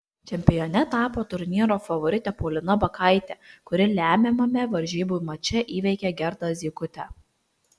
čempione tapo turnyro favoritė paulina bakaitė kuri lemiamame varžybų mače įveikė gerdą zykutę